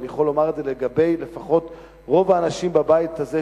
ואני יכול לומר את זה לפחות לגבי רוב האנשים בבית הזה,